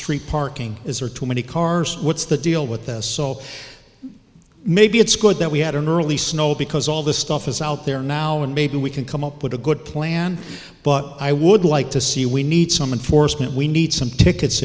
street parking is or too many cars what's the deal with this so maybe it's good that we had an early snow because all this stuff is out there now and maybe we can come up with a good plan but i would like to see we need some enforcement we need some tickets